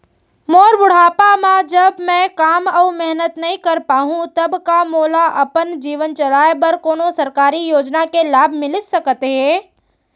मोर बुढ़ापा मा जब मैं काम अऊ मेहनत नई कर पाहू तब का मोला अपन जीवन चलाए बर कोनो सरकारी योजना के लाभ मिलिस सकत हे?